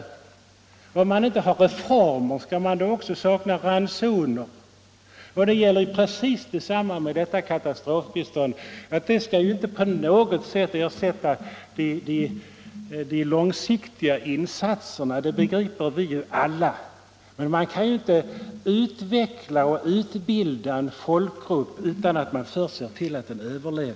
Om man inte har reformer att vänta, skall man då också behöva sakna ransoner? Det är precis samma sak med katastrofbiståndet i dag. Vi begriper alla att det inte på något sätt kan ersätta de långsiktiga insatserna. Men man kan inte utveckla och utbilda en folkgrupp utan att först se till Nr 10